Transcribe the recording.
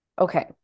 Okay